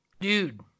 dude